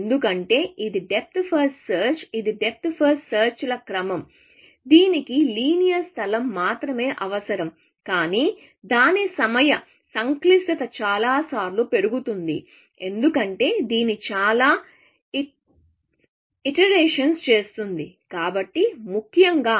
ఎందుకంటే ఇది depth first search ఇది డెప్త్ ఫస్ట్ సెర్చ్ ల క్రమం దీనికి లినియర్ స్థలం మాత్రమే అవసరం కానీ దాని సమయ సంక్లిష్టత చాలా సార్లు పెరుగుతుంది ఎందుకంటే ఇది చాలా ఎటిరేషన్స్ చేస్తుంది కాబట్టి ముఖ్యంగా